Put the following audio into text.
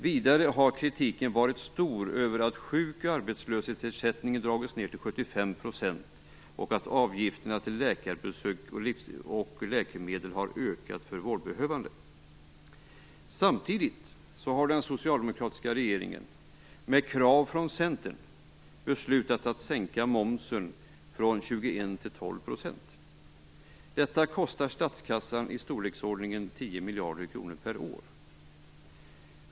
Vidare har kritiken varit stor mot att sjuk och arbetslöshetsersättningen dragits ned till 75 % och mot att avgifterna för läkarbesök och läkemedel har ökat för vårdbehövande. Samtidigt har den socialdemokratiska regeringen, med krav från Centern, beslutat sänka momsen från 21 % till 12 %. Detta kostar statskassan i storleksordningen 10 miljarder kronor per år.